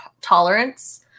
tolerance